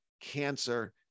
cancer